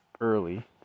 early